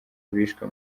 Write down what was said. bishwe